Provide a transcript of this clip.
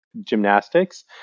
gymnastics